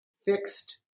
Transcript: fixed